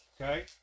Okay